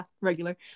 Regular